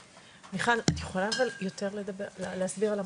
מיכל, את יכולה להסביר על המוקד?